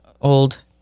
old